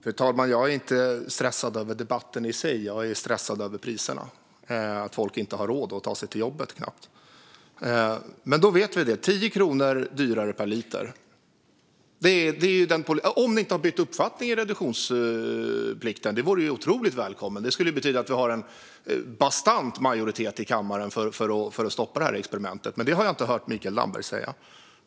Fru talman! Jag är inte stressad över debatten i sig - jag är stressad över priserna och att folk knappt har råd att ta sig till jobbet. Men då vet vi alltså att det blir 10 kronor dyrare per liter, om nu Socialdemokraterna inte har bytt uppfattning om reduktionsplikten. Det vore ju otroligt välkommet! Det skulle betyda att vi har en bastant majoritet i kammaren för att stoppa det här experimentet, men det har jag inte hört Mikael Damberg säga.